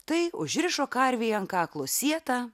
tai užrišo karvei ant kaklo sietą